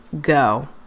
go